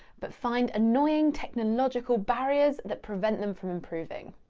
but find annoying technological barriers that prevent them from improving.